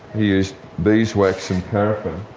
he used beeswax and paraffin.